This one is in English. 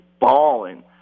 balling